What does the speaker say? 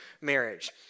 marriage